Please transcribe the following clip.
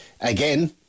again